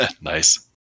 Nice